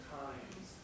times